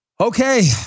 Okay